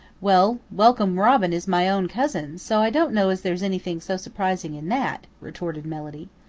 well, welcome robin is my own cousin, so i don't know as there's anything so surprising in that, retorted melody.